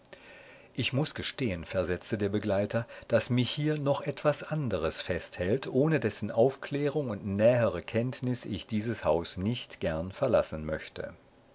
ich muß gestehen versetzte der begleiter daß mich hier noch etwas anderes festhält ohne dessen aufklärung und nähere kenntnis ich dieses haus nicht gern verlassen möchte